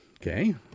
Okay